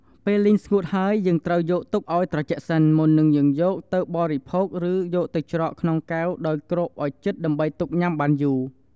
ពេលលីងស្ងួតហើយយើងត្រូវយកទុកឱ្យត្រជាក់សិន មុននឹងយើងយកវាទៅបរិភោគឬយកទៅច្រកក្នុងកែវដោយគ្របឲ្យជិតដើម្បីទុកញ៉ាំបានយូរ។